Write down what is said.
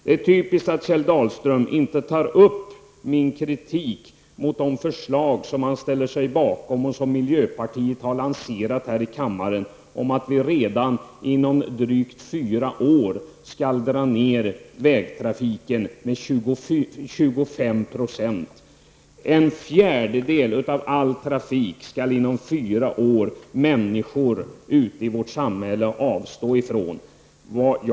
Det är typiskt att Kjell Dahlström inte tar upp min kritik mot de förslag som han ställer sig bakom och som miljöpartiet har lanserat här i kammaren och som handlar om att vi redan inom drygt fyra år skall minska vägtrafiken med 25 %. En fjärdedel av all trafik skall människor ute i vårt samhälle avstå från inom fyra år.